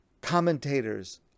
commentators